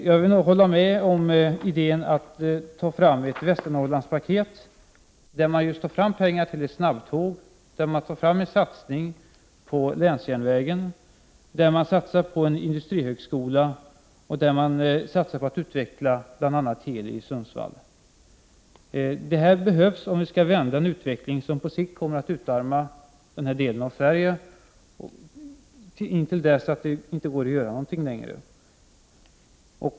Jag vill nog ansluta mig till idén om ett Västernorrlandspaket, där man tar fram pengar till ett snabbtåg, där man satsar på länsjärnvägen, där man satsar på en industrihögskola och där man satsar på att utveckla bl.a. Teli i Sundsvall. Detta behövs om vi skall kunna vända en utveckling som på sikt annars kommer att utarma denna del av Sverige så långt att det inte går att göra något.